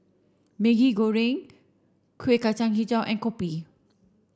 Maggi Goreng Kuih Kacang Hijau and Kopi